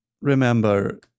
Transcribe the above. remember